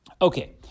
Okay